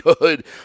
good